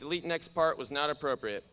delete next part was not appropriate